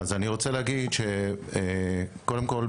קודם כל,